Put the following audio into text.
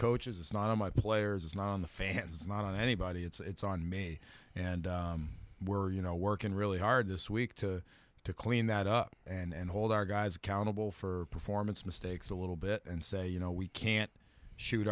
coaches it's not on my players it's not on the fans not on anybody it's on me and were you know working really hard this week to to clean that up and hold our guys accountable for performance mistakes a little bit and say you know we can't shoot